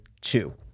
two